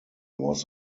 was